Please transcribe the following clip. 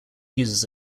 uses